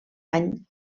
any